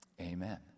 Amen